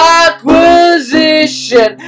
acquisition